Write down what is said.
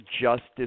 justice